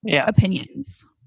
opinions